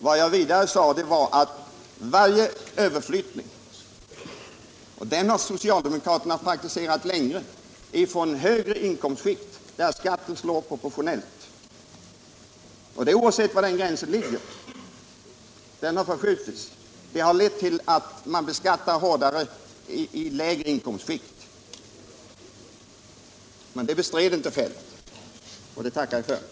Vad jag vidare sade var att alla överföringar — och sådana har socialdemokraterna länge praktiserat — från högre inkomstskikt till sådana där skatten slår proportionellt, oavsett var den gränsen ligger, leder till att man beskattar hårdare i lägre inkomstskikt. Det bestred inte herr Feldt, och det håller jag honom räkning för.